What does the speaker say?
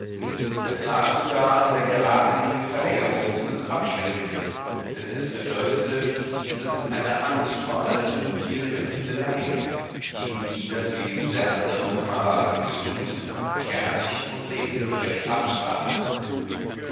es lag sogar in der geradlinigen verlängerung dieses abschwenkens denn es bedeutete wie dieses eine angst vor allzu subtilen empfindeleien gegen die das wesen der anderen kameraden gesund kernig und lebensgerecht abstach